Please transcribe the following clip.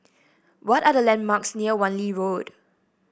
what are the landmarks near Wan Lee Road